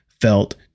felt